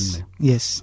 Yes